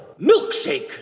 milkshake